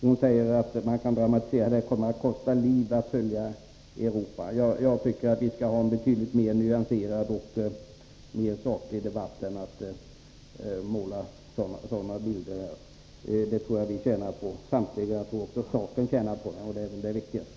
Grethe Lundblad dramatiserade och sade att det kan komma att kosta liv, om man följer de övriga europeiska länderna, men jag tycker att vi skall ha en betydligt mer nyanserad och saklig debatt och inte måla sådana bilder. Det tror jag alla tjänar på, liksom också själva saken, och det senare är väl det viktigaste.